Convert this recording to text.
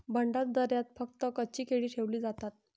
भंडारदऱ्यात फक्त कच्ची केळी ठेवली जातात